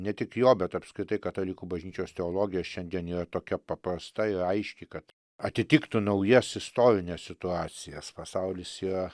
ne tik jo bet apskritai katalikų bažnyčios teologija šiandien yra tokia paprasta ir aiški kad atitiktų naujas istorines situacijas pasaulis yra